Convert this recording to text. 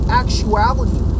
actuality